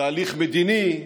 תהליך מדיני,